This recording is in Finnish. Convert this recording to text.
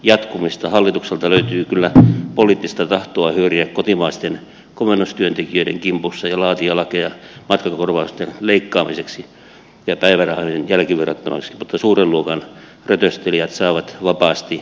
hallitukselta löytyy kyllä poliittista tahtoa hyöriä kotimaisten komennustyöntekijöiden kimpussa ja laatia lakeja matkakorvausten leikkaamiseksi ja päivärahojen jälkiverottamiseksi mutta suuren luokan rötöstelijät saavat vapaasti jatkaa